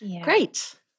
Great